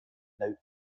note